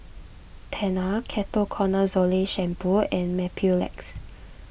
Tena Ketoconazole Shampoo and Mepilex